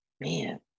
Man